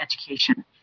education